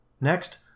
Next